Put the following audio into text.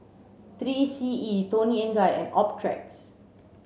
three C E Toni and Guy and Optrex